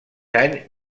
any